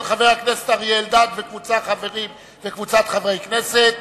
של חבר הכנסת אריה אלדד וקבוצת חברי כנסת.